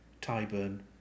Tyburn